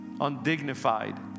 undignified